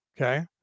Okay